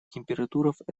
температурах